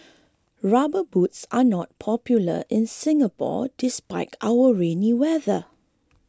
rubber boots are not popular in Singapore despite our rainy weather